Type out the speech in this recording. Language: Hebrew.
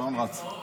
השעון רץ.